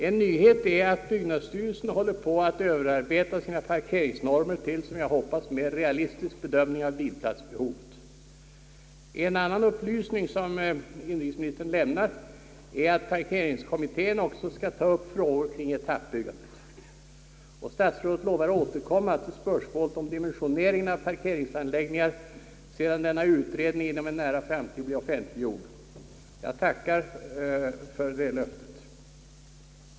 En nyhet är att byggnadsstyrelsen håller på att överarbeta sina parkeringsnormer till, som jag hoppas, en mer realistisk bedömning av bilplatsbehovet. En annan upplysning, som inrikesministern lämnade, är att parkeringskommittén också skall ta upp frågor kring etappbyggandet. Statsrådet lovar att återkomma till spörsmålet om dimensioneringen av parkeringsanläggningar sedan denna utredning inom en nära framtid blivit offentliggjord. Jag är tacksam för det löftet.